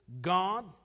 God